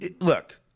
look